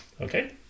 okay